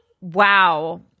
Wow